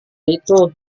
itu